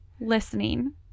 listening